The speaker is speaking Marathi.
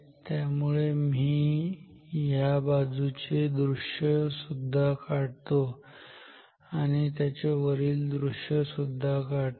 त्यामुळे मी ह्या बाजूचे दृश्य सुद्धा काढतो आणि त्याचे वरील दृश्य सुद्धा काढतो